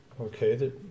Okay